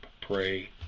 Pray